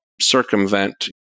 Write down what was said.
circumvent